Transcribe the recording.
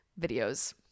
videos